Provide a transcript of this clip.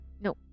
No